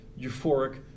euphoric